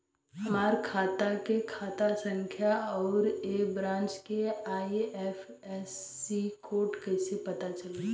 हमार खाता के खाता संख्या आउर ए ब्रांच के आई.एफ.एस.सी कोड कैसे पता चली?